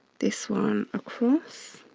this one across.